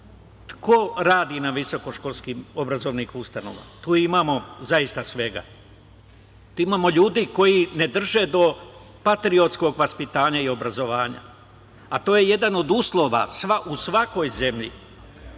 ko radi na visokoškolskim obrazovnim ustanovama. Tu imamo zaista svega. Tu imamo ljudi koji ne drže do patriotskog vaspitanja i obrazovanja, a to je jedan od uslova u svakoj zemlji,